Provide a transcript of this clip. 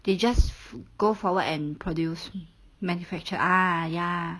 they just go forward and produce manufacture ah ya